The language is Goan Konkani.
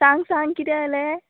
सांग सांग किदें आलें